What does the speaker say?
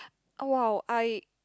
!wow! I